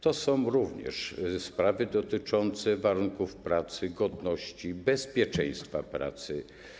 To są również sprawy dotyczące warunków pracy, godności, bezpieczeństwa pracy.